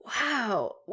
Wow